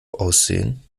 aussehen